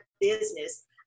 business